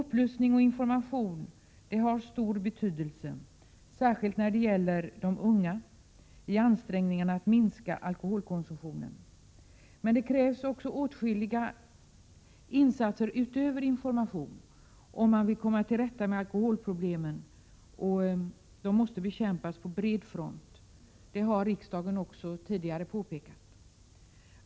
Upplysning och information har stor betydelse, särskilt när det gäller de unga, i ansträngningarna att minska alkoholkonsumtionen. Förutom information krävs det åtskilliga insatser om man vill komma till rätta med alkoholproblemen. De måste bekämpas på bred front. Det har riksdagen också tidigare påpekat.